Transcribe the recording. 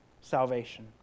salvation